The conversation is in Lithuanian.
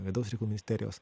vidaus reikalų ministerijos